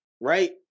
right